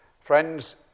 Friends